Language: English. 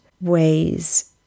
ways